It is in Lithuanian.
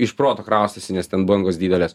iš proto kraustosi nes ten bangos didelės